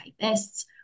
typists